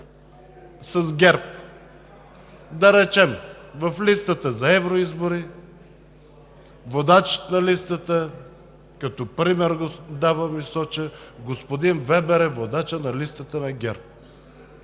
с ГЕРБ. Да речем, в листата за евроизбори водач на листата – като пример го давам и соча, господин Вебер е водачът на листата на ГЕРБ